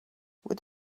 would